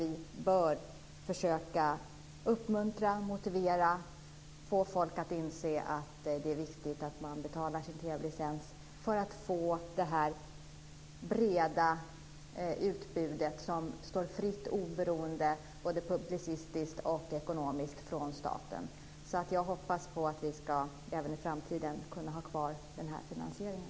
Vi måste få folk att inse att det är viktigt att betala sin TV-licens för att få det här breda utbudet som står fritt och oberoende, både publicistiskt och ekonomiskt, från staten. Jag hoppas att vi även i framtiden ska kunna ha kvar den här finansieringen.